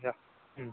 யா ம்